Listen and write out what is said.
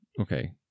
okay